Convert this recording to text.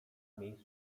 miejscu